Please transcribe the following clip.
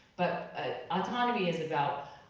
but ah autonomy is about,